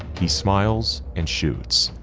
he smiles and shoots,